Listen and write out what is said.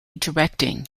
directing